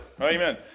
Amen